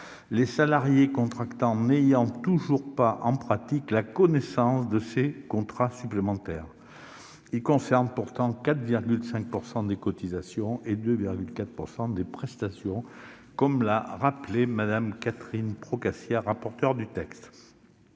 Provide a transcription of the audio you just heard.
les salariés contractants n'ayant pas toujours connaissance, en pratique, de l'existence de ces contrats supplémentaires, qui concernent pourtant 4,5 % des cotisations et 2,4 % des prestations, comme l'a rappelé Mme Catherine Procaccia, rapporteur du texte.